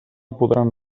podran